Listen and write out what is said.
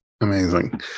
Amazing